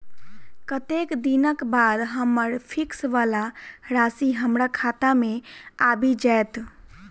कत्तेक दिनक बाद हम्मर फिक्स वला राशि हमरा खाता मे आबि जैत?